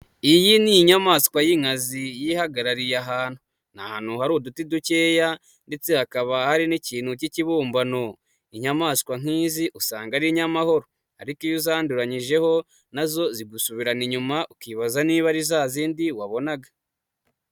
Iyi ni inyamaswa y'inkazi yihagarariye ahantu. Ni ahantu hari uduti dukeya, ndetse hakaba hari n'ikintu k'ikibumbano. Inyamaswa nk'izi usanga ari inyamahoro Ariko iyo uzanduranyijeho nazo zigusubirana inyuma, ukibaza niba ari za zindi wabonaga.